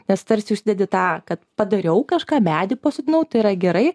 nes tarsi užsidedi tą kad padariau kažką medį pasodinau tai yra gerai